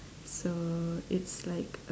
so it's like